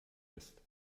ist